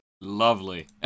Lovely